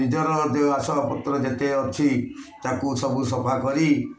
ନିଜର ଯେଉଁ ଆସପତ୍ର ଯେତେ ଅଛି ତାକୁ ସବୁ ସଫା କରି